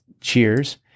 Cheers